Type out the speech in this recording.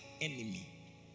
enemy